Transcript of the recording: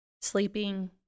sleeping